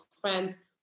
friends